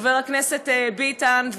חבר הכנסת ביטן,